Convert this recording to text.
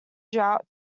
drought